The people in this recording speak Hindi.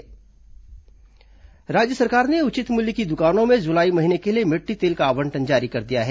मिट्टी तेल आवंटन राज्य सरकार ने उचित मूल्य की दुकानों में जुलाई महीने के लिए मिट्टी तेल का आवंटन जारी कर दिया है